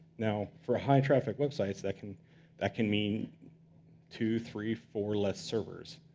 now, for high-traffic websites, that can that can mean two, three, four less servers.